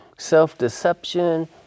self-deception